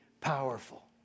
powerful